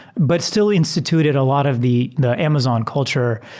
but still instituted a lot of the the amazon culture.